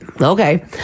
Okay